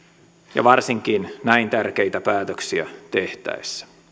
ja varsinkin näin tärkeitä päätöksiä tehtäessä